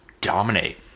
dominate